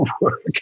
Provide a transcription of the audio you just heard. work